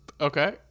Okay